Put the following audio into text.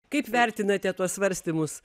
kaip vertinate tuos svarstymus